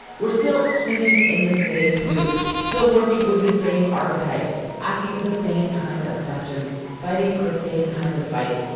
we're still swimming in the same soup. still working with the same archetypes, asking the same kinds of questions. fighting the same kinds of fights,